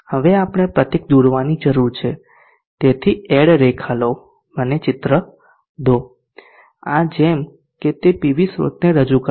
હવે આપણે પ્રતીક દોરવાની જરૂર છે તેથી એડ રેખા લો મને ચિત્ર દો આ જેમ કે તે પીવી સ્રોતને રજૂ કરે છે